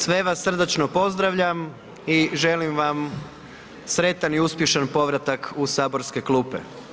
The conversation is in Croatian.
Sve vas srdačno pozdravljam i želim vam sretan i uspješan povratak u saborske klupe.